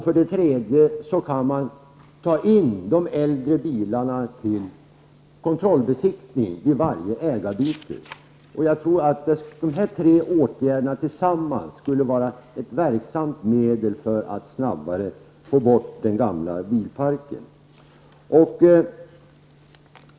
För det tredje kan man ta in äldre bilar till kontrollbesiktning vid varje ägarbyte. Jag tror att de här tre åtgärderna tillsammans skulle kunna vara ett verksamt medel för att snabbare få bort den gamla bilparken.